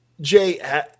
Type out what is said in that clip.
Jay